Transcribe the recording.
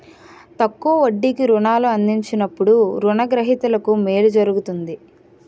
తక్కువ వడ్డీకి రుణాలు అందించినప్పుడు రుణ గ్రహీతకు మేలు జరుగుతుంది